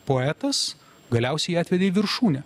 poetas galiausiai jį atvedė į viršūnę